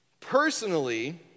Personally